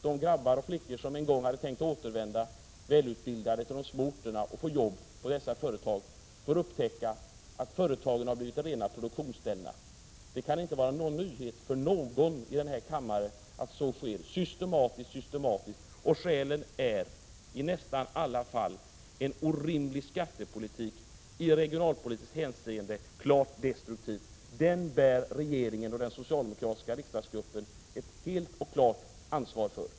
De grabbar och flickor som en gång hade tänkt återvända välutbildade till de små orterna och få jobb i dessa företag får upptäcka att företagen har blivit rena produktionsställen. Det kan inte vara en nyhet för någon här i kammaren att så sker systematiskt, och skälen är i nästan alla fall en orimlig skattepolitik, som i regionalpolitiskt hänseende är klart destruktiv. Den bär regeringen och den socialdemokratiska riksdagsgruppen ett helt och klart ansvar för.